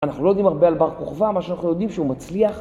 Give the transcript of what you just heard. אנחנו לא יודעים הרבה על בר כוכבא, מה שאנחנו יודעים שהוא מצליח